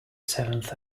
seventh